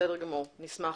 בסדר גמור נשמח.